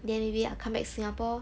then maybe I'll come back singapore